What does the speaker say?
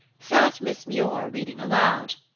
sat miss muir reading aloud.